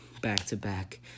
back-to-back